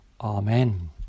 Amen